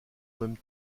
même